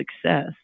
success